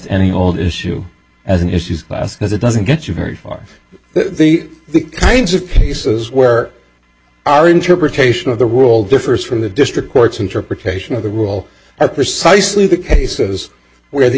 any old issue as an issue because it doesn't get you very far the kinds of cases where our interpretation of the world differs from the district court's interpretation of the rule at precisely the cases where the